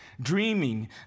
dreaming